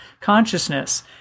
consciousness